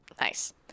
Nice